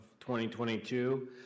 2022